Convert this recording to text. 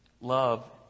Love